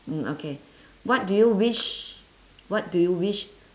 mm okay what do you wish what do you wish